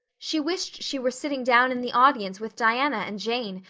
she wished she were sitting down in the audience with diana and jane,